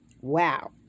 Wow